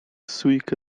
sójka